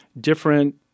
Different